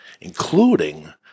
including